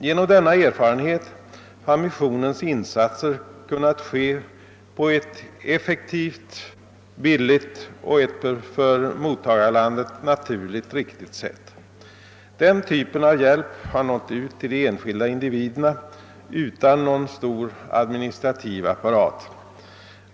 Genom denna erfarenhet har missionens insatser kunnat ske på ett effektivt, billigt och på ett för mottagarlandet naturligt riktigt sätt. Den typen av hjälp har nått ut till de enskilda individerna utan någon stor administrativ apparat.